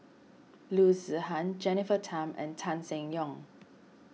Loo Zihan Jennifer Tham and Tan Seng Yong